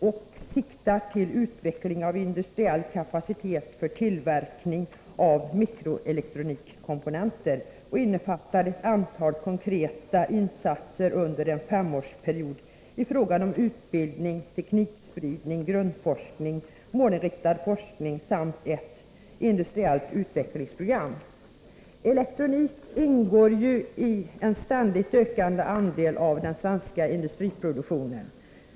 Det syftar till utveckling av industriell kapacitet för tillverkning av mikroelektronikkomponenter och innefattar ett antal konkreta insatser under en femårsperiod i fråga om utbildning, teknikspridning, grundforskning, målinriktad forskning samt ett industriellt utvecklingsprogram. Elektronik ingår ju i en ständigt ökande andel av den svenska industriproduktionen.